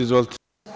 Izvolite.